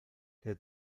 que